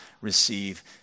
receive